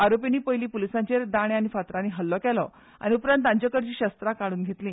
आरोपीनी पयली पुलीसाचेर दाणे आनी फातरानी हल्लो केलो आनी उपरांत तांचेकडची शस्त्रा काडून घेतली